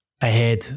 ahead